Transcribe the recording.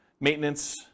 Maintenance